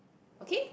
okay